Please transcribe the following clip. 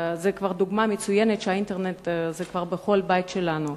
זו דוגמה מצוינת לכך שהאינטרנט כבר נמצא בכל בית אצלנו.